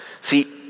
See